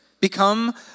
become